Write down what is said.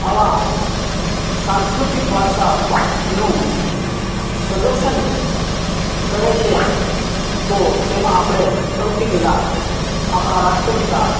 આવા સાંસ્કૃતિક વારસા નું પ્રદર્શન કરે છે તો તેમાં આપણે સૌથી પહેલાં આપણા રાષ્ટ્રપિતા